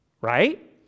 right